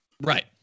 Right